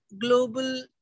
global